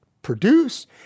produce